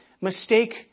mistake